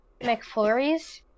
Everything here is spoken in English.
McFlurries